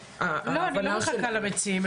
לא, אני לא מחכה למציעים.